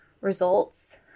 results